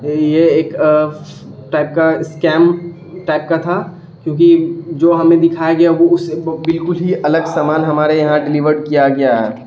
یہ ایک ٹائپ کا اسکیم ٹائپ کا تھا کیونکہ جو ہمیں دکھایا گیا وہ اس بالکل ہی الگ سامان ہمارے یہاں ڈلیورڈ کیا گیا ہے